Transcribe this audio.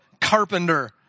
carpenter